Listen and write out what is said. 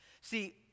See